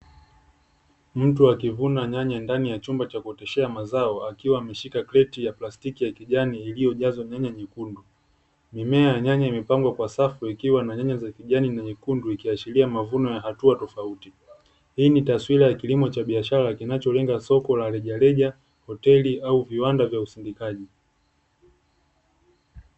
Mtu akivuna nyanya ndani ya chumba cha kuoteshea mazao, akiwa ameshika kreti ya plastiki ya kijani iliyojazwa nyanya nyekundu. Mimea ya nyanya imepangwa kwa safu ikiwa na nyanya za kijani na nyekundu ikiashiria mavuno ya hatua tofauti. Hii ni taswira ya kilimo cha biashara kinacholenga soko la rejareja, hoteli au viwanda vya usindikaji.